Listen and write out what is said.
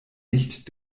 nicht